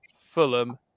Fulham